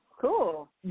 cool